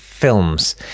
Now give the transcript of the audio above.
Films